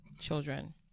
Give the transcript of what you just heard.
children